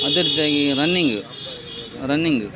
ಅದೆ ರೀತಿಯಾಗಿ running running